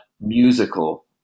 musical